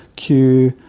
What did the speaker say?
kew,